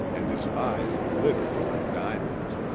and his eyes glittered like diamonds.